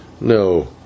No